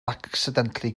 accidentally